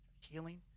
healing